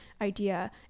idea